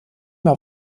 mehr